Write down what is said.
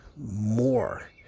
More